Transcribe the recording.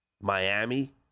Miami